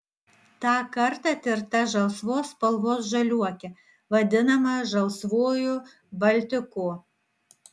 tą kartą tirta žalsvos spalvos žaliuokė vadinama žalsvuoju baltiku